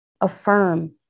affirm